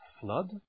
flood